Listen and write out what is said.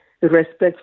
respect